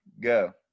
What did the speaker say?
go